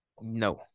No